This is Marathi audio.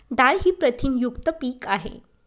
डाळ ही प्रथिनयुक्त पीक आहे